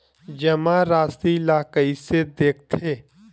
जमा राशि ला कइसे देखथे?